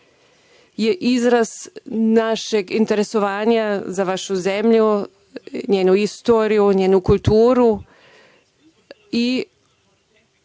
je izraz našeg interesovanja za vašu zemlju, njenu istoriju, njenu kulturu.